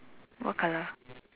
what colour